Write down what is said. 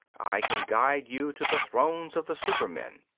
i can guide you to the thrones of the super-men.